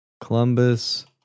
Columbus